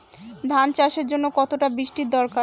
ধান চাষের জন্য কতটা বৃষ্টির দরকার?